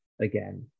again